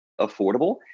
affordable